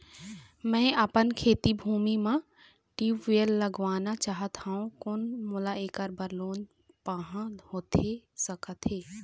मैं अपन खेती भूमि म ट्यूबवेल लगवाना चाहत हाव, कोन मोला ऐकर बर लोन पाहां होथे सकत हे?